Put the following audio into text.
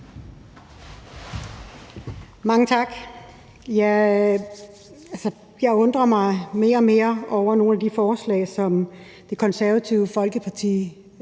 Mange tak. Jeg undrer mig mere og mere over nogle af de forslag, som Det Konservative Folkeparti